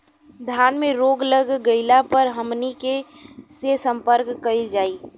धान में रोग लग गईला पर हमनी के से संपर्क कईल जाई?